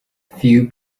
few